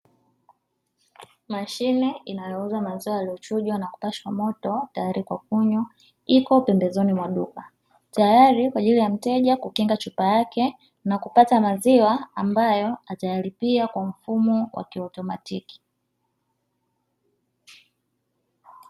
Mashine inayouza maziwa yaliyochujwa na kupashwa moto tayari kwa kunywa iko pembezoni mwa duka tayari kwa ajili ya mteja kukinga chupa yake na kupata maziwa ambayo atayalipia kwa mfumo wa kiautomatiki.